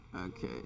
Okay